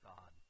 God